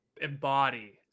embody